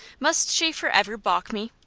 must she forever balk me?